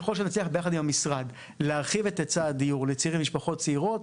ככל שנצליח ביחד עם המשרד להרחיב את היצע הדיור לצעירים ומשפחות צעירות,